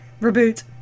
Reboot